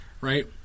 right